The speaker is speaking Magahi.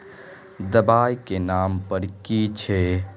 दबाई के नाम की छिए?